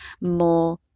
more